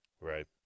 Right